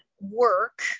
work